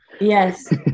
Yes